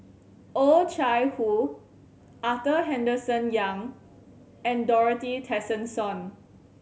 Oh Chai Hoo Arthur Henderson Young and Dorothy Tessensohn